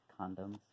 Condoms